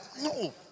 No